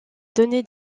donné